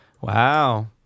Wow